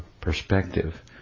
perspective